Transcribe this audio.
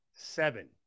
seven